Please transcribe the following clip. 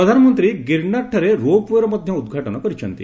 ପ୍ରଧାନମନ୍ତ୍ରୀ ଗିର୍ନାରଠାରେ ropeway ର ମଧ୍ୟ ଉଦ୍ଘାଟନ କରିଛନ୍ତି